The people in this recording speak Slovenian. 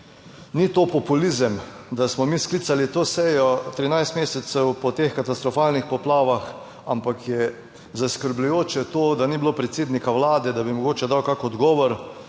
ni to populizem, da smo mi sklicali to sejo 13 mesecev po teh katastrofalnih poplavah, ampak je zaskrbljujoče to, da ni bilo predsednika Vlade, da bi mogoče dal kak odgovor